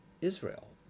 Israel